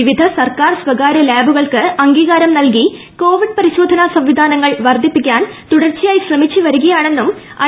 വിവിധ സർക്കാർ സ്വകാര്യ ലാബുകൾക്ക് അംഗീകാരം നൽകി കോവിഡ് പരിശോധന സംവിധാനങ്ങൾ വർദ്ധിപ്പിക്കാൻ തുടർച്ചയായി ശ്രമിച്ച് വരികയാണെന്നും ഐ